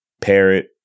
Parrot